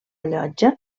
llotja